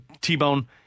T-Bone